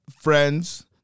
friends